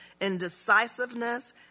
indecisiveness